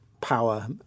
power